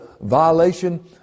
violation